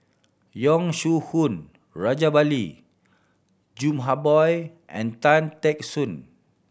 Yong Shu Hoong Rajabali Jumabhoy and Tan Teck Soon